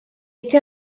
été